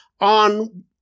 on